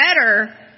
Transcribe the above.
better